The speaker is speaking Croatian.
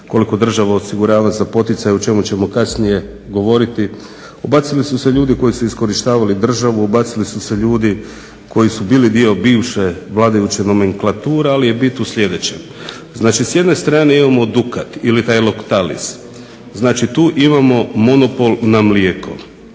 koliko država osigurava za poticaje o čemu ćemo kasnije govorili, ubacili su se ljudi koji su iskorištavali državu, ubacili su se ljudi koji su bili dio bivše vladajuće nomenklature, ali je biti tu sljedeća. Znači s jedne strane imamo Dukat ili Lactalis, znači tu imamo monopol na mlijeko.